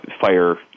fire